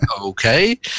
okay